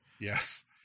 yes